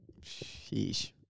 sheesh